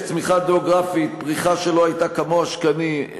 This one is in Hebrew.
יש צמיחה גיאוגרפית, פריחה שלא הייתה כמוה שנים.